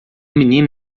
menino